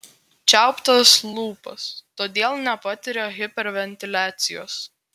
čiauptas lūpas todėl nepatiria hiperventiliacijos